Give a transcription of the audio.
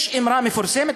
יש אמרה מפורסמת,